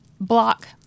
block